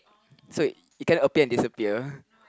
so you can appear and disappear